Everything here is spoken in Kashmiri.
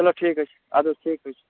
چلو ٹھیٖک حظ چھُ اَدٕ حظ ٹھیٖک حظ چھُ